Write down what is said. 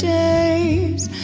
days